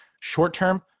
short-term